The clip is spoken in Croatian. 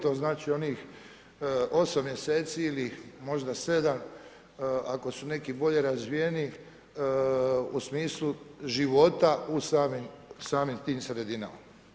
To znači onih 8 mj. ili možda 7 ako su neki bolje razvijeni u smislu života u samim tim sredinama.